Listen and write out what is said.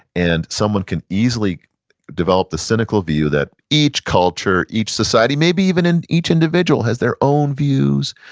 and someone can easily develop the cynical view that each culture, each society, maybe even in each individual has their own views,